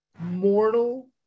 mortal